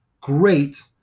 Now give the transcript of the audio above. great